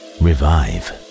revive